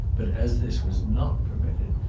but as this was not permitted,